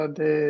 de